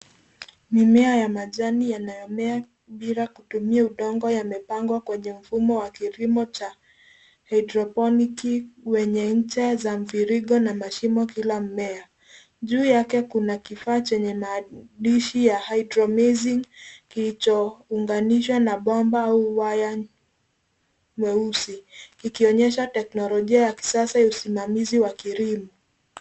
Mimea ya majani yanayomea bila kutumia udongo yamepangwa kwenye mfumo wa kilimo cha haedroponiki wenye ncha za mviringo na mashimo kila mmea. Juu yake kuna kifaa chenye maandishi ya HydroMazingcs] kilichounganishwa na bomba au waya mweusi kikionyesha teknolojia ya kisasa ya usimamizi wa kilimo.